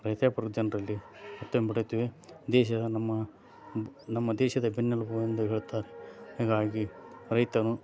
ರೈತಾಪಿ ವರ್ಗದ ಜನರಲ್ಲಿ ದೇಶದ ನಮ್ಮ ನಮ್ಮ ದೇಶದ ಬೆನ್ನೆಲುಬು ಎಂದು ಹೇಳುತ್ತಾರೆ ಹೀಗಾಗಿ ರೈತನು